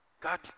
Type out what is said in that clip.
God